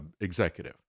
executive